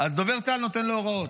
אז דובר צה"ל נותן לו הוראות,